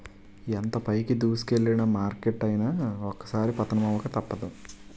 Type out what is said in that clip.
ఎంత పైకి దూసుకెల్లిన మార్కెట్ అయినా ఒక్కోసారి పతనమవక తప్పదు